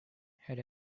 had